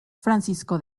francisco